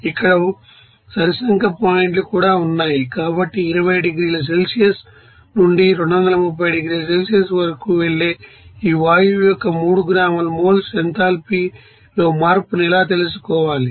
ఇక్కడ సరి సంఖ్య పాయింట్స్ కూడా ఉన్నాయి కాబట్టి 20 డిగ్రీల సెల్సియస్ నుండి 230 డిగ్రీల సెల్సియస్ వరకు వెళ్లే ఈ వాయువు యొక్క 3 గ్రాముల మోల్స్ ఎంథాల్పీలో మార్పును ఎలా తెలుసుకోవాలి